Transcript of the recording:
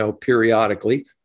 periodically